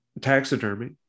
taxidermy